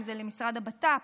אם זה למשרד הבט"פ,